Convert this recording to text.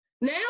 Now